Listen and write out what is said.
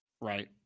right